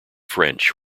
french